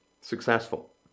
successful